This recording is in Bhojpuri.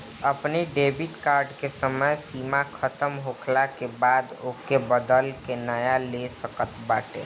अपनी डेबिट कार्ड के समय सीमा खतम होखला के बाद ओके बदल के नया ले सकत बाटअ